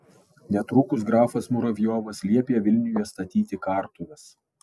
netrukus grafas muravjovas liepė vilniuje statyti kartuves